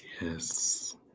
Yes